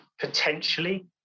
potentially